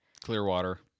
Clearwater